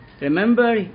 Remember